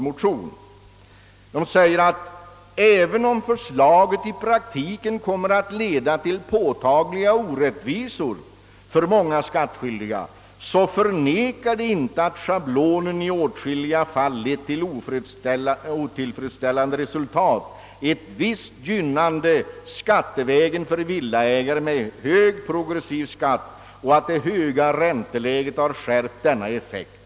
Det heter där att även om förslaget i praktiken kommer att leda till påtagliga orättvisor för många skattskyldiga vill motionärerna inte förneka att den nuvarande schablonen i åtskilliga fall lett till otill fredsställande resultat genom att ett visst gynnande skattevägen uppstått för villaägare med hög progressiv skatt och att det höga ränteläget skärpt denna effekt.